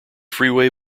freeway